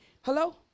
Hello